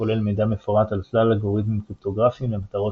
כולל מידע מפורט על שלל אלגוריתמים קריפטוגרפיים למטרות